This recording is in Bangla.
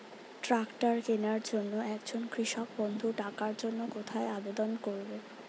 ট্রাকটার কিনার জন্য একজন কৃষক বন্ধু টাকার জন্য কোথায় আবেদন করবে?